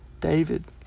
David